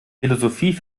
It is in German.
philosophie